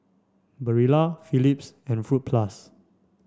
Barilla Phillips and Fruit Plus